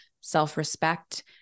self-respect